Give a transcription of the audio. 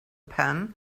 pan